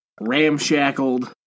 Ramshackled